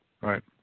Right